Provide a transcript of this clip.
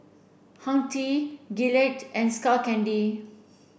Hang Ten Gillette and Skull Candy